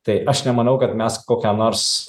tai aš nemanau kad mes kokią nors